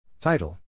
Title